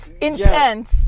intense